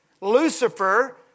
Lucifer